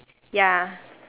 ya